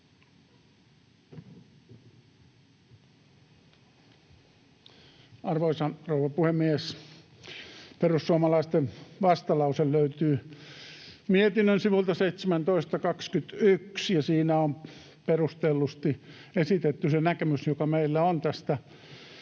Arvoisa rouva puhemies! Perussuomalaisten vastalause löytyy mietinnön sivuilta 17—21, ja siinä on perustellusti esitetty se näkemys, joka meillä on tästä